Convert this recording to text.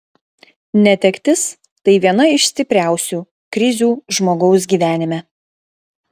netektis tai viena iš stipriausių krizių žmogaus gyvenime